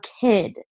kid